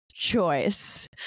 choice